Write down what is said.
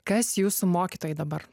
kas jūsų mokytojai dabar